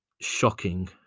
Shocking